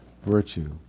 Virtue